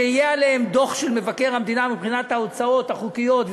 שיהיה עליהן דוח של מבקר המדינה מבחינת ההוצאות החוקיות,